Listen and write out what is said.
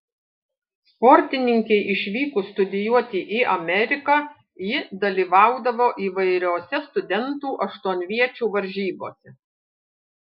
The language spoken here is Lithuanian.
sportininkei išvykus studijuoti į ameriką ji dalyvaudavo įvairiose studentų aštuonviečių varžybose